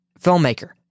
filmmaker